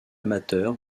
amateur